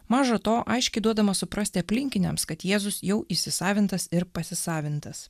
maža to aiškiai duodamas suprasti aplinkiniams kad jėzus jau įsisavintas ir pasisavintas